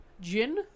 gin